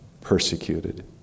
persecuted